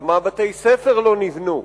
כמה בתי-ספר לא נבנו?